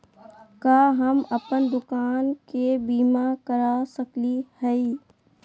का हम अप्पन दुकान के बीमा करा सकली हई?